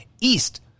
East